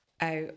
out